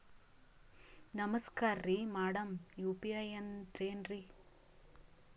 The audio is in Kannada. ನಮಸ್ಕಾರ್ರಿ ಮಾಡಮ್ ಯು.ಪಿ.ಐ ಅಂದ್ರೆನ್ರಿ?